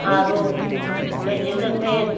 R O exhaust fan